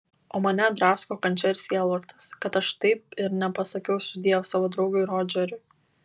o mane drasko kančia ir sielvartas kad aš taip ir nepasakiau sudiev savo draugui rodžeriui